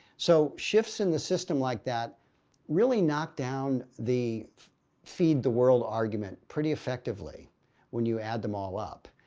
so shifts in the system like that really knock down the feed the world argument pretty effectively when you add them all up